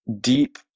deep